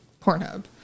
Pornhub